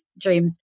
dreams